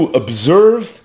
observe